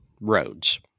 roads